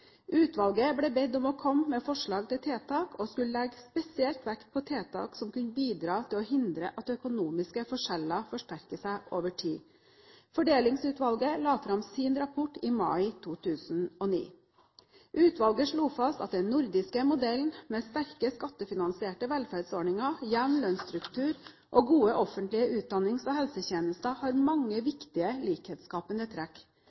Utvalget ble bedt om å komme med forslag til tiltak, og skulle legge spesiell vekt på tiltak som kunne bidra til å hindre at økonomiske forskjeller forsterker seg over tid. Fordelingsutvalget la fram sin rapport i mai 2009. Utvalget slo fast at den nordiske modellen med sterke, skattefinansierte velferdsordninger, jevn lønnsstruktur og gode offentlige utdannings- og helsetjenester har mange viktige, likhetsskapende trekk.